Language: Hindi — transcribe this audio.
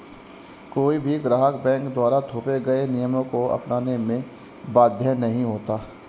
कोई भी ग्राहक बैंक के द्वारा थोपे गये नियमों को अपनाने में बाध्य नहीं होता